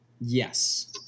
Yes